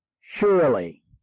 surely